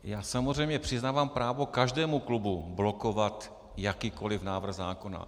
Já samozřejmě přiznávám právo každému klubu blokovat jakýkoliv návrh zákona.